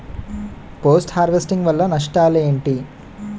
Post harvesting వల్ల నష్టాలు ఏంటి?